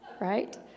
right